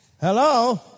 Hello